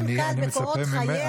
עיון קל בקורות חייה,